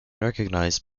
recognized